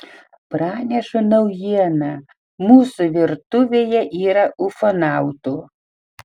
pranešu naujieną mūsų virtuvėje yra ufonautų